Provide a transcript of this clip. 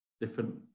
different